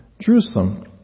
Jerusalem